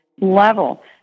level